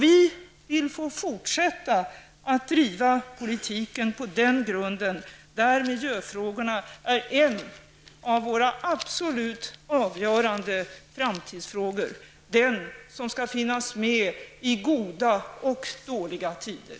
Vi vill kunna fortsätta att driva politiken på den grunden, där miljöfrågorna är en av våra absolut avgörande framtidsfrågor, den som skall finnas med i goda och dåliga tider.